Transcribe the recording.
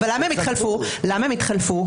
למה הם התחלפו?